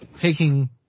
taking